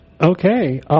Okay